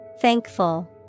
Thankful